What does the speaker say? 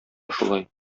шулай